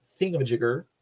thingamajigger